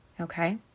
okay